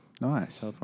Nice